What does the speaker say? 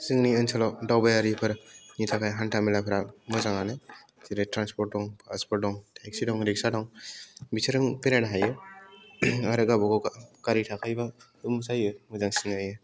जोंनि ओनसोलाव दावबायारिफोरनि थाखाय हान्था मेलाफोरा मोजाङानो जेरै ट्रेन्सपर्ट दं बासफोर दं टेक्सि दं रिक्सा दं बिसोरजों बेरायनो हायो आरो गावबागाव गारि थाखायोबाबो जायो मोजांसिन जायो